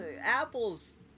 Apple's